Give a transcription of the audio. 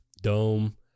Dome